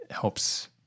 helps